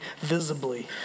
visibly